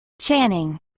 Channing